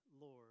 Lord